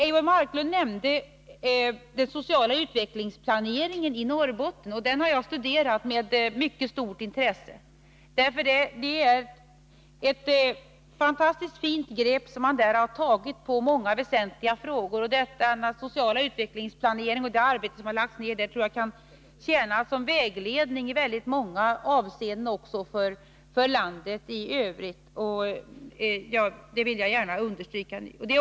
Eivor Marklund nämnde den sociala utvecklingsplaneringen i Norrbotten, och den har jag studerat med mycket stort intresse. Det är ett fantastiskt fint grepp som man där har tagit på många väsentliga frågor. Jag tror att denna sociala utvecklingsplanering och det arbete som lagts ner där i många avseenden kan tjäna som vägledning för landet i övrigt — det vill jag gärna understryka.